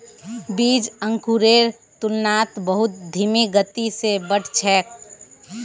बीज अंकुरेर तुलनात बहुत धीमी गति स बढ़ छेक